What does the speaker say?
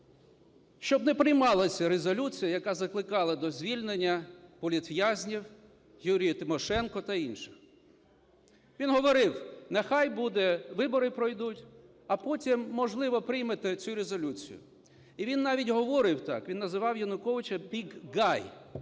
щоб не приймалася резолюція, яка закликала до звільнення політв'язнів: Юлії Тимошенко та інших. Він говорив: "Нехай буде, вибори пройдуть, а потім, можливо, приймете цю резолюцію". І він навіть говорив так, він називав Януковича big